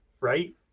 right